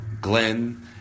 Glenn